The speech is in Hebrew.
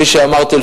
כפי שאמרתי,